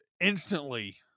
instantly